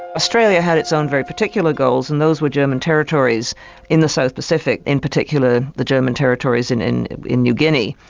australia had its own very particular goals, and those were german territories in the south pacific, in particular the german territories in in new guinea.